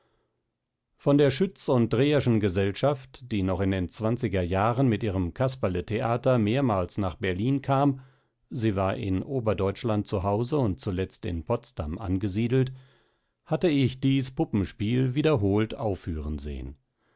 von der schütz und dreherschen gesellschaft die noch in den zwanziger jahren mit ihrem casperle theater mehrmals nach berlin kam sie war in oberdeutschland zu hause und zuletzt in potsdam angesiedelt hatte ich dieß puppenspiel wiederholt aufführen sehen